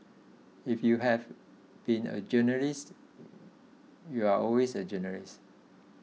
if you have been a journalist you're always a journalist